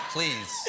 Please